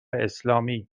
اسلامی